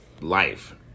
life